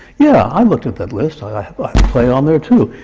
yeah, i looked at that list. i have a play on there, too.